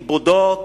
כיבודו,